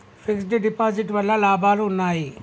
Fix డ్ deposit వల్ల లాభాలు ఉన్నాయి?